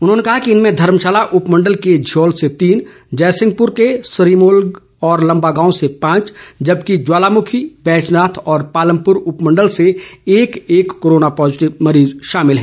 उन्होंने कहा कि इनमें धर्मशाला उपमंडल के झियोल से तीन जयसिंहपुर के सरीमोलग व लंबागांव से पांच जबकि ज्वालामुखी बैजनाथ और पालमपुर उपमंडल से एक एक कोरोना पॉजिटिव मरीज शामिल है